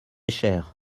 cher